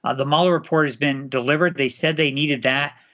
ah the mueller report has been delivered. they said they needed that,